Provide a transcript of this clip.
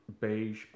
beige